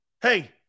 Hey